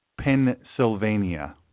Pennsylvania